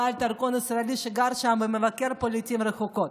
בעל דרכון ישראלי שגר שם ומבקר פה לעיתים רחוקות,